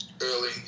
early